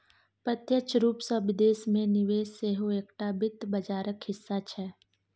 प्रत्यक्ष रूपसँ विदेश मे निवेश सेहो एकटा वित्त बाजारक हिस्सा छै